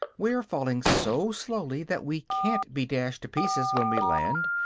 we are falling so slowly that we can't be dashed to pieces when we land,